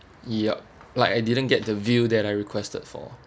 yup like I didn't get the view that I requested for